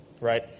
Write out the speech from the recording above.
Right